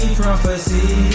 prophecy